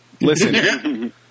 Listen